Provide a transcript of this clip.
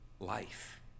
Life